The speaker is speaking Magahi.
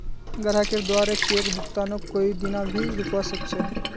ग्राहकेर द्वारे चेक भुगतानक कोई दीना भी रोकवा सख छ